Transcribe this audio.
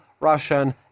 Russian